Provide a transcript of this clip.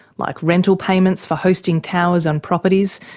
like rental payments for hosting towers on properties,